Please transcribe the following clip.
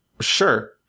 Sure